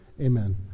amen